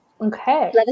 Okay